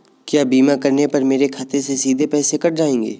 क्या बीमा करने पर मेरे खाते से सीधे पैसे कट जाएंगे?